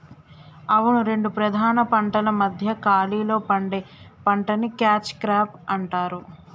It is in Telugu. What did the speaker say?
అవును రెండు ప్రధాన పంటల మధ్య ఖాళీలో పండే పంటని క్యాచ్ క్రాప్ అంటారు